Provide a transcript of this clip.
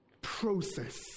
Process